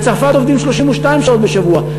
בצרפת עובדים 32 שעות בשבוע.